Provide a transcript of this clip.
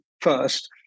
first